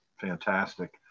fantastic